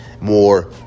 more